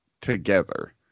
together